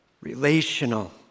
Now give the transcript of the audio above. relational